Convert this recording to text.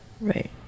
Right